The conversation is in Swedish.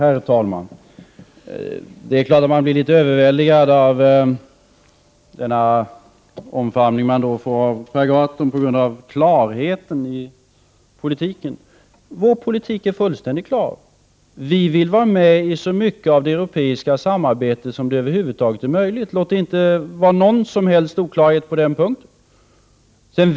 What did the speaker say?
Fru talman! Det är klart att jag blir litet överväldigad av den omfamning jag fick av Per Gahrton till följd av klarheten i politiken. Vår politik är fullständigt klar: vi vill vara med i så mycket av det europeiska samarbetet som det över huvud taget är möjligt. Låt det inte råda någon som helst oklarhet på den punkten.